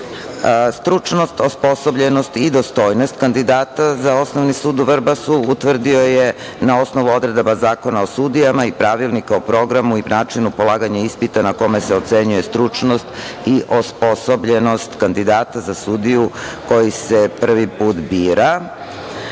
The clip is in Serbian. Stručnost, osposobljenost i dostojnost kandidata za Osnovni sud u Vrbasu utvrdio je na osnovu odredaba Zakona o sudijama i Pravilnika o programu i načinu polaganja ispita na kome se ocenjuje stručnost i osposobljenost kandidata za sudiju koji se prvi put